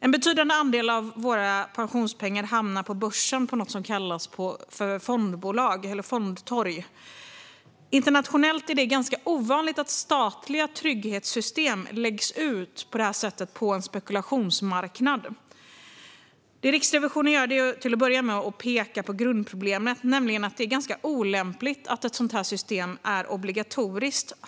En betydande andel av våra pensionspengar hamnar på börsen på något som kallas fondtorg. Internationellt sett är det ovanligt att statliga trygghetssystem läggs ut på en spekulationsmarknad på detta sätt. Riksrevisionen pekar till att börja med på grundproblemet, nämligen att det är olämpligt att ett sådant här system är obligatoriskt.